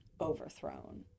overthrown